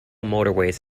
motorways